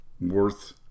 worth